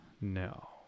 No